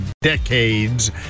decades